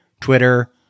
Twitter